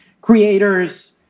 Creators